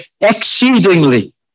exceedingly